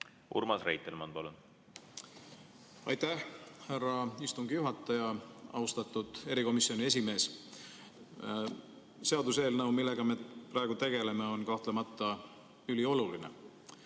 Urmas Reitelmann, palun! Aitäh, härra istungi juhataja! Austatud erikomisjoni esimees! Seaduseelnõu, millega me praegu tegeleme, on kahtlemata ülioluline,